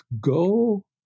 go